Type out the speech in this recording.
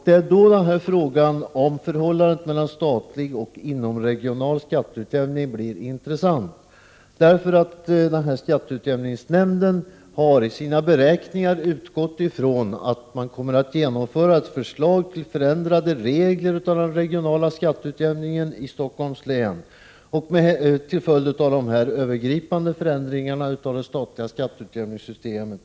Det är då frågan om förhållandet mellan statlig och inomregional skatteutjämning blir intressant. Skatteutjämningsnämnden har nämligen i sina beräkningar utgått från att man till följd av de övergripande förändringarna av det statliga skatteutjämningssystemet kommer att genomföra ett förslag till förändrade regler för den regionala skatteutjämningen i Stockholms län.